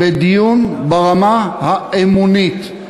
בדיון ברמה האמונית,